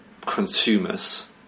consumers